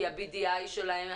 כי ה-DBI שלהם,